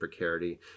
precarity